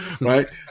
right